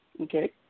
okay